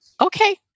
Okay